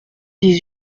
dix